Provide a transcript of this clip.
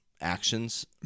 actions